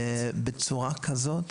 בצורה כזאת